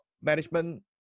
management